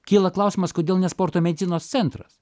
kyla klausimas kodėl ne sporto medicinos centras